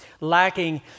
lacking